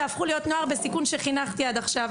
יהפכו להיות נוער בסיכון שחינכתי עד עכשיו,